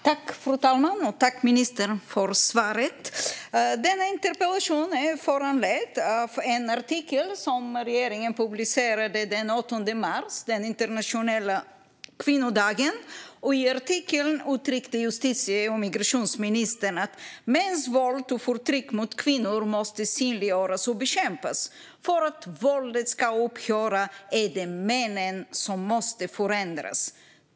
Fru talman! Tack, ministern, för svaret! Denna interpellation är föranledd av en artikel som regeringen publicerade den 8 mars, den internationella kvinnodagen. I artikeln uttryckte justitie och migrationsministern: "Mäns våld och förtryck mot kvinnor måste synliggöras och bekämpas. För att våldet ska upphöra så är det männen som måste förändras.